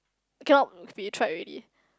cannot fit try already